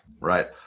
right